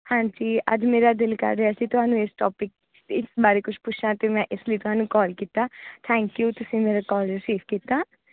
ਹਾਂਜੀ ਅੱਜ ਮੇਰਾ ਦਿਲ ਕਰ ਰਿਹਾ ਸੀ ਤੁਹਾਨੂੰ ਇਸ ਟੋਪਿਕ 'ਤੇ ਇਸ ਬਾਰੇ ਕੁਛ ਪੁੱਛਾਂ ਅਤੇ ਮੈਂ ਇਸ ਲਈ ਤੁਹਾਨੂੰ ਕੋਲ ਕੀਤਾ ਥੈਂਕਯੂ ਤੁਸੀਂ ਮੇਰਾ ਕੋਲ ਰਸੀਵ ਕੀਤਾ